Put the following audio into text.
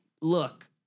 look